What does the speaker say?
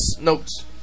notes